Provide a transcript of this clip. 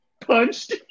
punched